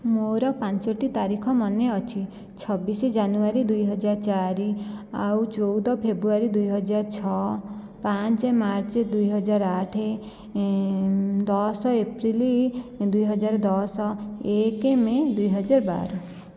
ମୋର ପାଞ୍ଚଟି ତାରିଖ ମନେଅଛି ଛବିଶ ଜାନୁଆରୀ ଦୁଇ ହଜାର ଚାରି ଆଉ ଚଉଦ ଫେବୃଆରୀ ଦୁଇ ହଜାର ଛଅ ପାଞ୍ଚ ମାର୍ଚ୍ଚ ଦୁଇ ହଜାର ଆଠ ଦଶ ଏପ୍ରିଲ ଦୁଇ ହଜାର ଦଶ ଏକ ମେ ଦୁଇ ହଜାର ବାର